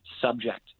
subject